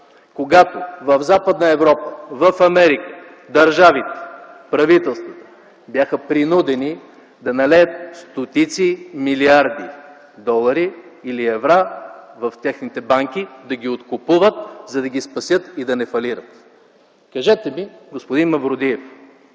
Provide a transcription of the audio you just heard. когато в Западна Европа, в Америка, държавите, правителствата бяха принудени да налеят стотици милиарди долари или евро в техните банки, да ги откупуват, за да ги спасят и да не фалират. Кажете ми, господин Мавродиев,